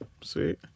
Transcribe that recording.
Sweet